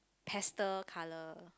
pastel colour